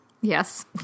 Yes